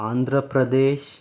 Andhra Pradesh